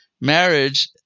Marriage